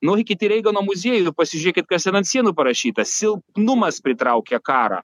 nueikit į reigano muziejų ir pasižiūrėkit kas ten ant sienų parašyta silpnumas pritraukia karą